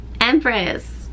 Empress